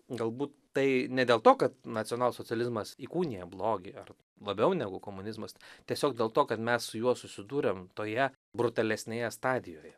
galbūt tai ne dėl to kad nacionalsocializmas įkūnija blogį ar labiau negu komunizmas tiesiog dėl to kad mes su juo susidūrėm toje brutalesnėje stadijoje